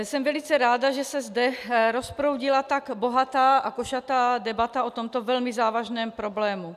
Jsem velice ráda, že se zde rozproudila tak bohatá a košatá debata o tomto velmi závažném problému.